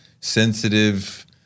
sensitive